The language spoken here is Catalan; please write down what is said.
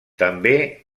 també